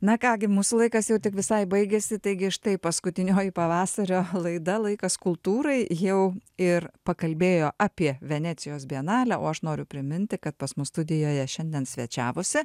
na ką gi mūsų laikas jau taip visai baigiasi taigi štai paskutinioji pavasario laida laikas kultūrai jau ir pakalbėjo apie venecijos bienalę o aš noriu priminti kad pas mus studijoje šiandien svečiavosi